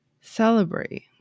celebrate